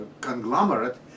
conglomerate